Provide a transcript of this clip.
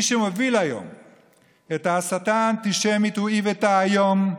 מי שמוביל היום את ההסתה האנטישמית הוא איווט האיום,